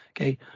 Okay